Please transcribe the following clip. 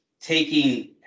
taking